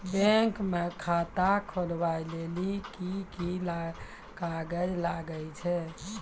Bank म खाता खोलवाय लेली की की कागज लागै छै?